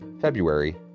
February